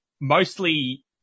mostly